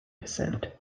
descent